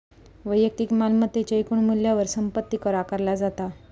वैयक्तिक मालमत्तेच्या एकूण मूल्यावर संपत्ती कर आकारला जाता